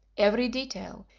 every detail,